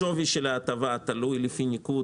שווי ההטבה תלוי לפי ניקוד.